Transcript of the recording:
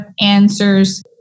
answers